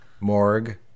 Morg